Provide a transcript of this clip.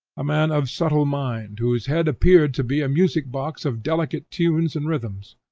a man of subtle mind, whose head appeared to be a music-box of delicate tunes and rhythms,